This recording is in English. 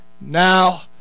Now